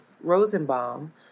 Rosenbaum